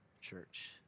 church